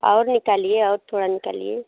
और निकालिए और थोड़ा निकालिए